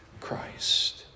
Christ